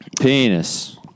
Penis